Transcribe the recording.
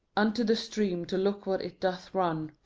unto the stream, to look what it doth run,